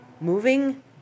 moving